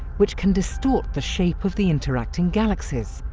which can distort the shape of the interacting galaxies,